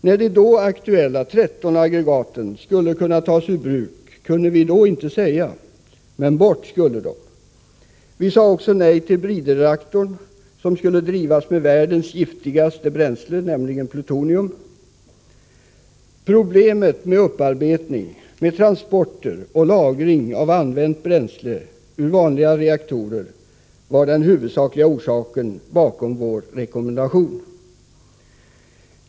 När de då aktuella 13 aggregaten skulle kunna tas ur bruk kunde vi då inte säga, men bort skulle de. Vi sade också nej till bridreaktorn, som skulle drivas med världens giftigaste bränsle, nämligen plutonium. Problemet med upparbetning, transport och lagring av använt bränsle ur vanliga reaktorer var den huvudsakliga orsaken bakom vår rekommendation.